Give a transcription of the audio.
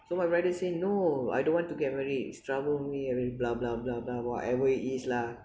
so my brother say no I don't want to get married it's trouble only blah blah blah blah whatever it is lah